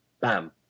bam